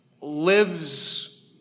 lives